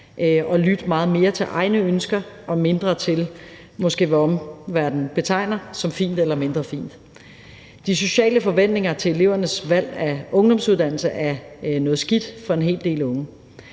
og lytte meget mere til egne ønsker og mindre til, måske, hvad omverdenen betegner som fint eller mindre fint. De sociale forventninger til elevernes valg af ungdomsuddannelse er noget skidt for en hel del unge.